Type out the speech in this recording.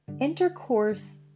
Intercourse